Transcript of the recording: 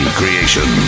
creation